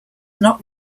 not